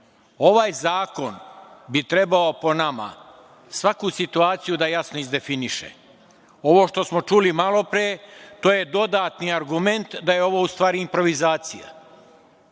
zakon bi trebao po nama svaku situaciju da jasno izdefiniše. Ovo što smo čuli malopre, to je dodatni argument da je ovo ustvari improvizacija.